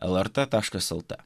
lrt taškas lt